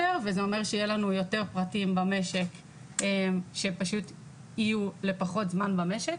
וזה אומר שיהיו לנו יותר פרטים במשק שיהיו לפחות זמן במשק.